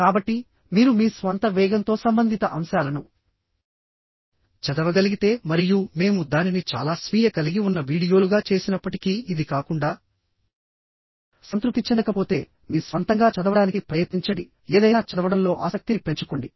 కాబట్టి మీరు మీ స్వంత వేగంతో సంబంధిత అంశాలను చదవగలిగితే మరియు మేము దానిని చాలా స్వీయ కలిగి ఉన్న వీడియోలుగా చేసినప్పటికీ ఇది కాకుండా సంతృప్తి చెందకపోతే మీ స్వంతంగా చదవడానికి ప్రయత్నించండి ఏదైనా చదవడంలో ఆసక్తిని పెంచుకోండి